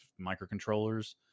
microcontrollers